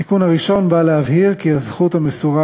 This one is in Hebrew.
התיקון הראשון בא להבהיר כי הזכות המסורה